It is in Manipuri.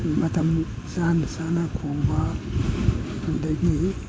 ꯃꯇꯝ ꯆꯥꯅ ꯆꯥꯅ ꯈꯣꯡꯕ ꯑꯗꯒꯤ